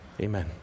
Amen